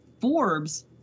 Forbes